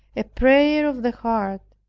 a prayer of the heart,